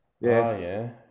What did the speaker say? yes